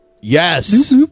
Yes